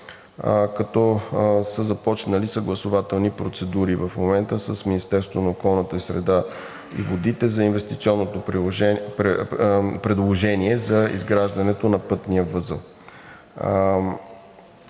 като са започнали съгласувателни процедури в момента с Министерството на околната среда и водите за инвестиционното предложение за изграждането на пътния възел.